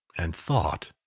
and thought,